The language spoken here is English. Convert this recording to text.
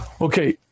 Okay